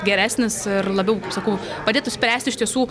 geresnis ir labiau sakau padėtų spręsti iš tiesų